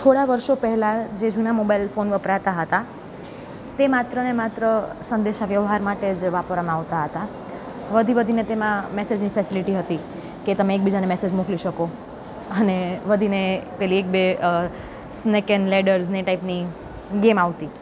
થોડા વર્ષો પહેલાં જે જૂના મોબાઈલ ફોન વપરાતા હતા તે માત્રને માત્ર સંદેશા વ્યવહાર માટે જે વાપરવામાં આવતા હતા વધી વધીને તેમાં મેસજની ફેસીલીટી હતી કે તમે એકબીજાને મેસેજ મોકલી શકો અને વધીને પેલી એક બે સ્નેક ઍન્ડ લેડર્સ એ ટાઇપની ગેમ આવતી